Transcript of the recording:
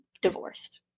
divorced